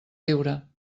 riure